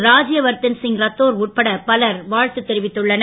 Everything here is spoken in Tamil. ராஜ்யவர்தன் சிங் ரத்தோர் உட்பட பலர் வா த்து தெரிவித்துள்ளனர்